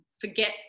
forget